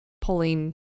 pulling